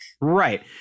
right